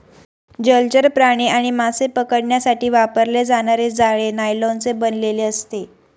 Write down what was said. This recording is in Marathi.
जलचर प्राणी आणि मासे पकडण्यासाठी वापरले जाणारे जाळे नायलॉनचे बनलेले असते